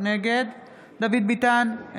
נגד דוד ביטן,